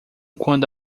quando